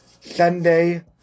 Sunday